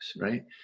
right